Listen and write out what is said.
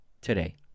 today